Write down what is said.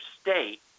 state